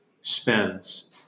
spends